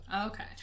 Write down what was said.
Okay